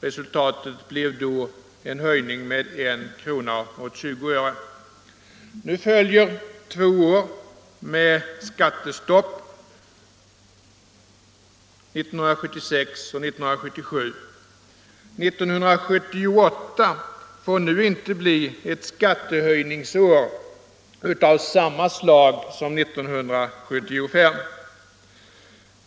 Resultatet blev då en höjning med 1:20. Nu följer två år med skattestopp, 1976 och 1977. År 1978 får inte bli ett skattehöjningsår av samma slag som 1975.